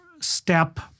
step